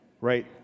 right